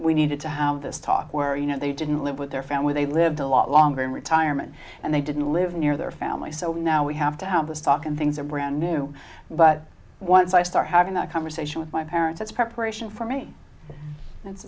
we needed to how this talk where you know they didn't live with their family they lived a lot longer in retirement and they didn't live near their family so now we have to have this talk and things are brand new but once i start having that conversation with my parents it's preparation for me it